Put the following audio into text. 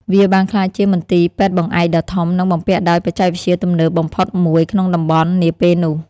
វាបានក្លាយជាមន្ទីរពេទ្យបង្អែកដ៏ធំ និងបំពាក់ដោយបច្ចេកវិទ្យាទំនើបបំផុតមួយក្នុងតំបន់ នាពេលនោះ។